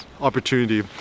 opportunity